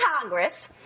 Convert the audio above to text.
Congress